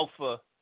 alpha